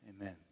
amen